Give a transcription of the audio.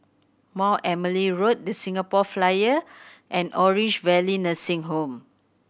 Mount Emily Road The Singapore Flyer and Orange Valley Nursing Home